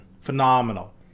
phenomenal